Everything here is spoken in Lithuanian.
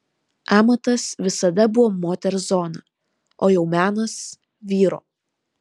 amatas visada buvo moters zona o jau menas vyro